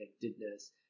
connectedness